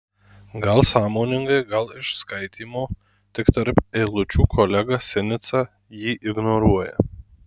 gal sąmoningai gal iš skaitymo tik tarp eilučių kolega sinica jį ignoruoja